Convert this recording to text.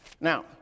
Now